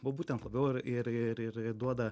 va būtent labiau ir ir ir duoda